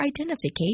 identification